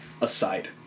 aside